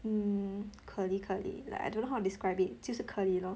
mm curly curly like I don't know how to describe it 就是 curly lor